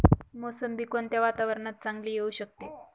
मोसंबी कोणत्या वातावरणात चांगली येऊ शकते?